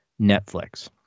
Netflix